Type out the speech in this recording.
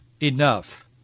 enough